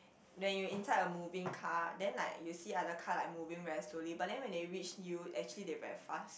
then you inside a moving car then like you see other car like moving very slowly but then when they reach you actually they very fast